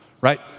right